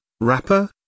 rapper